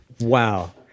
Wow